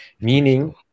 meaning